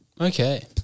okay